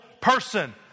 person